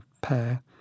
pair